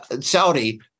Saudi